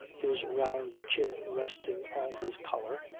his round chin resting on his collar,